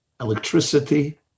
Electricity